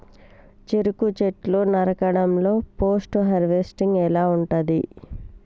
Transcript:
చెరుకు చెట్లు నరకడం లో పోస్ట్ హార్వెస్టింగ్ ఎలా ఉంటది?